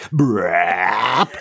brap